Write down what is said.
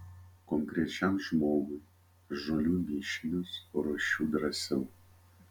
konkrečiam žmogui žolių mišinius ruošiu drąsiau